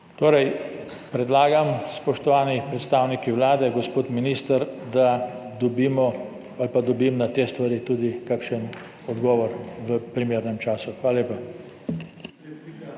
nič. Predlagam, spoštovani predstavniki Vlade, gospod minister, da dobimo ali pa dobim na te stvari tudi kakšen odgovor v primernem času. Hvala lepa.